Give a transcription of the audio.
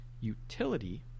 utility